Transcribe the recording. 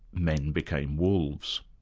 men became wolves.